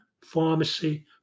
pharmacy